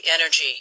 energy